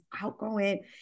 outgoing